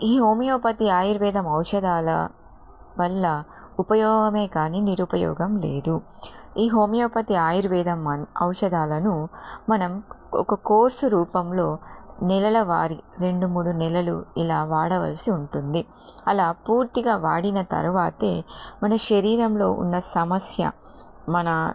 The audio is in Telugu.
ఈ హోమియోపతి ఆయుర్వేదం ఔషధాల వల్ల ఉపయోగం కానీ నిరుపయోగం లేదు ఈ హోమియోపతి ఆయుర్వేదం మన్ ఔషధాలను మనం ఒక కోర్సు రూపంలో నెలలవారీ రెండు మూడు నెలలు ఇలా వాడవలసి ఉంటుంది అలా పూర్తిగా వాడిన తరవాత మన శరీరంలో ఉన్న సమస్య మన